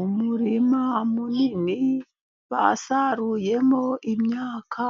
Umurima munini basaruyemo imyaka,